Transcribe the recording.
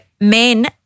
men